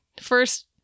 first